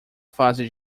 fase